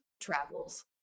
travels